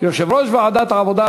יושב-ראש ועדת העבודה,